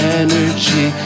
energy